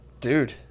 dude